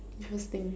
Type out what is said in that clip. interesting